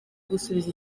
gusubiza